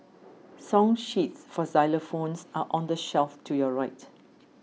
song sheets for xylophones are on the shelf to your right